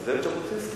זה כתב ז'בוטינסקי?